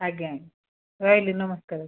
ଆଜ୍ଞା ରହିଲି ନମସ୍କାର